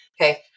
Okay